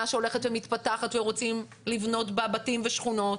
שהולכת ומתפתחת ורוצים לבנות בה בתים ושכונות,